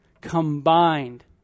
combined